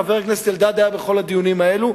חבר הכנסת אלדד היה בכל הדיונים האלו,